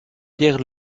pierre